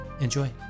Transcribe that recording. Enjoy